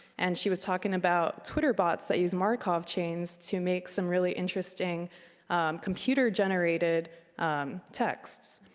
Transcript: and she was talking about twitterbots that use markov chains to make some really interesting computer generated text.